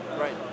right